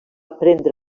prendre